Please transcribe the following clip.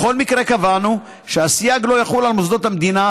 בכל מקרה קבענו שהסייג לא יחול על מוסדות המדינה,